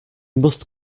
must